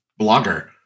blogger